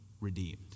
redeemed